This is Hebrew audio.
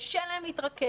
קשה להן להתרכז,